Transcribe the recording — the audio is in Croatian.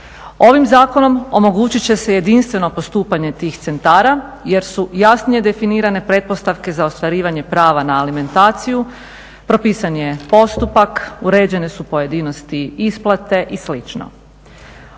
Ovim zakonom omogućit će se jedinstveno postupanje tih centara jer su jasnije definirane pretpostavke za ostvarivanje prava na alimentaciju, propisan je postupak, uređene su pojedinosti isplate i